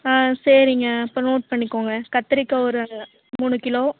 ஆ சரிங்க அப்போ நோட் பண்ணிக்கோங்க கத்தரிக்காய் ஒரு மூணு கிலோ